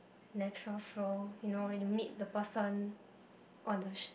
natural flow you know when you meet the person on the sh~